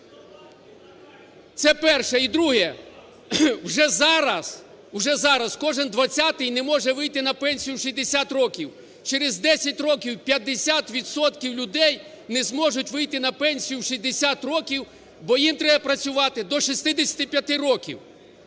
Це перше. І друге. Уже зараз, уже зараз кожен двадцятий не може вийти на пенсію у 60 років, через 10 років 50 відсотків людей не зможуть вийти на пенсію у 60 років, бо їм треба працювати до 65 років.